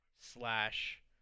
slash